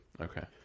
Okay